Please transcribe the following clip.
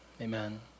amen